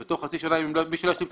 ובתוך חצי שנה אם הם לא יתבקשו להשלים,